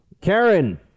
Karen